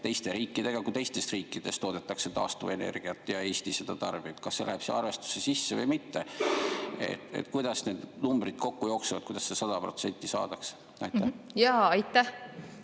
teiste riikidega, kui teistes riikides toodetakse taastuvenergiat ja Eesti seda tarbib? Kas see läheb selle arvestuse sisse või mitte? Kuidas need numbrid kokku jooksevad? Kuidas see 100% saadakse? Aitäh,